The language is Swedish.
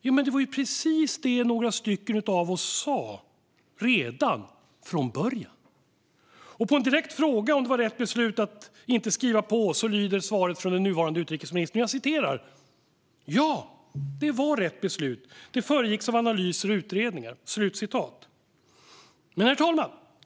Jo, det var precis det några stycken av oss sa redan från början. På en direkt fråga om det var rätt beslut att inte skriva på lyder svaret från den nuvarande utrikesministern: "Ja. Det var rätt beslut. Det föregicks av analyser och utredningar." Herr talman!